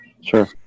Sure